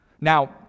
Now